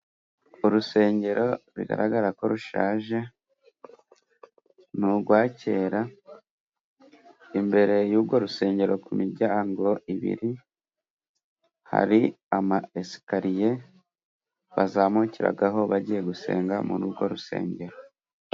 Urusengero bigaragara ko rushaje ni ugwa kera, imbere y'ugwo rusengero ku miryango ibiri, hari ama esikariye bazamukiragaho bagiye gusenga muri ugwo rusengero.